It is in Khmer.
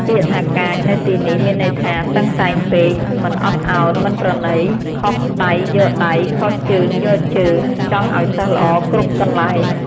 ពាក្យថា កាច នៅទីនេះ មានន័យថា តឹងតែងពេក មិនអត់ឱន មិនប្រណី ខុសដៃយកដៃ ខុសជើងយកជើង ចង់ឲ្យសិស្សល្អគ្រប់កន្លែង។